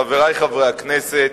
חברי חברי הכנסת,